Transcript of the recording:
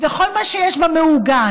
וכל מה שיש בה מעוגן.